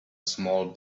small